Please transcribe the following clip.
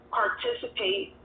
participate